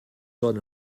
són